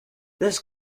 this